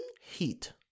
heat